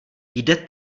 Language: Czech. jde